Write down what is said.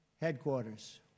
headquarters